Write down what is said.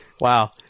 Wow